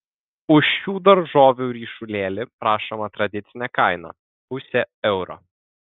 už šių daržovių ryšulėlį prašoma tradicinė kaina pusė euro